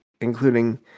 including